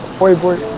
forty four